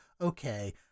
Okay